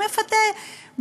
זה מפתה,